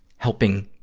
helping